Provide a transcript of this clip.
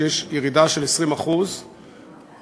שיש ירידה של 20% פחות?